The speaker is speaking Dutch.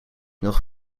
nog